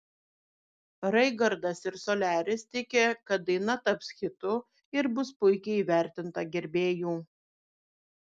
raigardas ir soliaris tiki kad daina taps hitu ir bus puikiai įvertinta gerbėjų